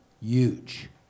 huge